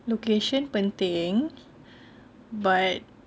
location penting but